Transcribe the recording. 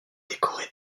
décoré